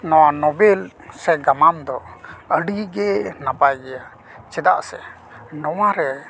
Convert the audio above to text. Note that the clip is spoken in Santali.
ᱱᱚᱣᱟ ᱱᱚᱵᱮᱞ ᱥᱮ ᱜᱟᱢᱟᱢ ᱫᱚ ᱟᱹᱰᱤᱜᱮ ᱱᱟᱯᱟᱭ ᱜᱮᱭᱟ ᱪᱮᱫᱟᱜ ᱥᱮ ᱱᱚᱣᱟᱨᱮ